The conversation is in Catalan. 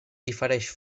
difereix